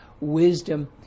wisdom